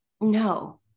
no